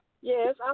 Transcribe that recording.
Yes